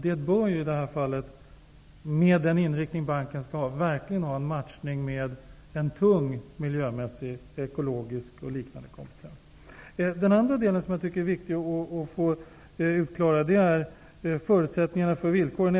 Den bör i det här fallet, med den inriktning banken skall ha, verkligen ha en matchning med en tung miljömässig, ekologisk och liknande komptens. En annan del som jag tycker är viktig att få utklarad är förutsättningarna för villkoren.